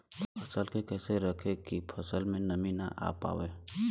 फसल के कैसे रखे की फसल में नमी ना आवा पाव?